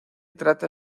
trata